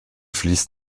fließt